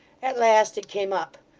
at last it came up.